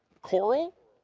coral,